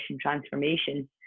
transformation